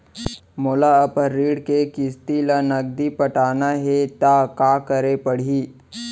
मोला अपन ऋण के किसती ला नगदी पटाना हे ता का करे पड़ही?